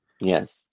Yes